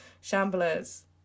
Shambles